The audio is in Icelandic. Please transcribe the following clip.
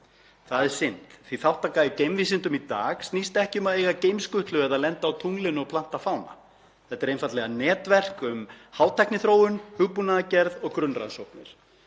Það er synd því að þátttaka í geimvísindum í dag snýst ekki um að eiga geimskutlu eða lenda á tunglinu og planta fána. Þetta er einfaldlega netverk um hátækniþróun, hugbúnaðargerð og grunnrannsóknir.